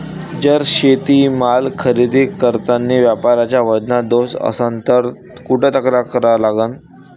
जर शेतीमाल खरेदी करतांनी व्यापाऱ्याच्या वजनात दोष असन त कुठ तक्रार करा लागन?